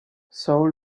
soul